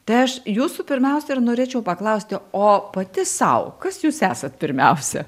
tai aš jūsų pirmiausia ir norėčiau paklausti o pati sau kas jūs esat pirmiausia